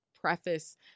preface